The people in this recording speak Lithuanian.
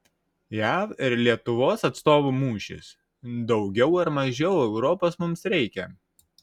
jav ir lietuvos atstovų mūšis daugiau ar mažiau europos mums reikia